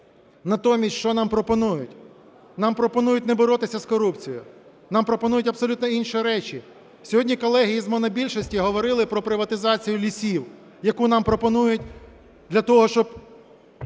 Натомість, що нам пропонують? Нам пропонують не боротися з корупцією. Нам пропонують абсолютно інші речі. Сьогодні колеги із монобільшості говорили про приватизацію лісів, яку нам пропонують для того, щоб